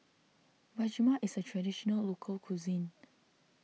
Rajma is a Traditional Local Cuisine